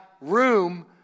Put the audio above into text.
room